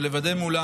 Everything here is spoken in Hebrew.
ולוודא מולם,